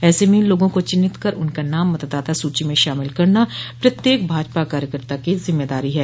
ऐसे में इन लोगों को चिन्हित कर उनका नाम मतदाता सूची में शामिल करना प्रत्येक भाजपा कार्यकर्ता की जिम्मेदारी है